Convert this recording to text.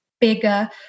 bigger